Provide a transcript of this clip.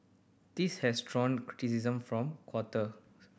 this has drawn criticism from quarter